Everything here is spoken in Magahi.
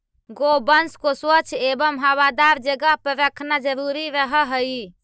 गोवंश को स्वच्छ एवं हवादार जगह पर रखना जरूरी रहअ हई